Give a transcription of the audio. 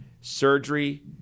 surgery